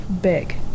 big